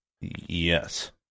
Yes